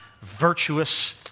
virtuous